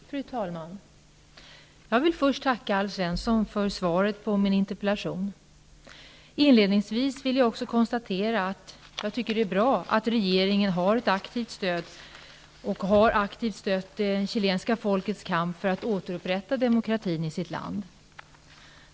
Fru talman! Jag vill först tacka Alf Svensson för svaret på min interpellation. Inledningsvis vill jag också konstatera att det är bra att regeringen aktivt stöder, och aktivt har stött, det chilenska folkets kamp för att återupprätta demokratin i sitt land.